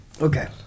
Okay